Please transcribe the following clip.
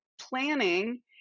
planning